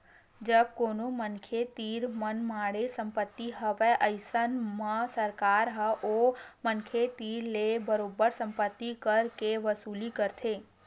जब कोनो मनखे तीर मनमाड़े संपत्ति हवय अइसन म सरकार ह ओ मनखे तीर ले बरोबर संपत्ति कर के वसूली करथे